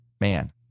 man